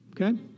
okay